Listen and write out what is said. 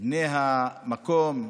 בני המקום,